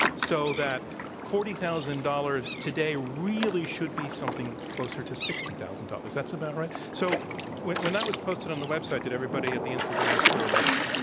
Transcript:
so that forty thousand dollars today really should be something closer to sixty thousand dollars. that's about right? yes. so when when that was posted on the website, did everybody at the institute ask for a raise?